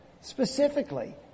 specifically